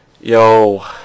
yo